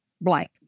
blank